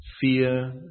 fear